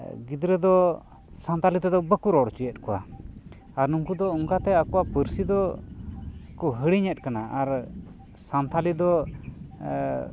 ᱜᱤᱫᱽᱨᱟᱹ ᱫᱚ ᱥᱟᱱᱛᱟᱲᱤ ᱛᱮᱫᱚ ᱵᱟᱠᱚ ᱨᱚᱲ ᱪᱚᱭᱮᱫ ᱠᱚᱣᱟ ᱟᱨ ᱱᱩᱝᱠᱩ ᱫᱚ ᱚᱝᱠᱟᱛᱮ ᱟᱠᱚᱣᱟᱜ ᱯᱟᱹᱨᱥᱤ ᱫᱚ ᱠᱚ ᱦᱤᱲᱤᱧᱮᱫ ᱠᱟᱱᱟ ᱟᱨ ᱥᱟᱱᱛᱟᱲᱤ ᱫᱚ